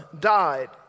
died